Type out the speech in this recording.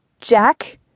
Jack